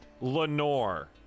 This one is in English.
Lenore